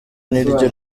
niryo